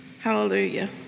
Hallelujah